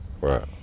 Right